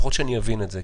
לפחות שאני אבין את זה.